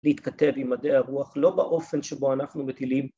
‫להתכתב עם מדעי הרוח, ‫לא באופן שבו אנחנו מטילים.